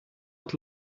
het